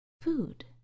Food